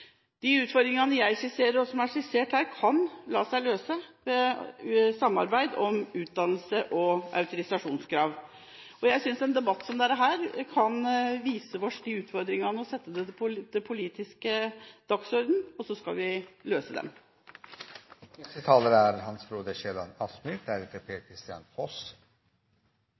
De utfordringene jeg skisserer, og som er skissert her, kan la seg løse ved samarbeid om utdannelse og autorisasjonskrav. Jeg synes en debatt som dette kan vise oss disse utfordringene og sette dem på den politiske dagsordenen. Så skal vi løse dem. Konklusjonen etter denne debatten, med et godt antall talere, er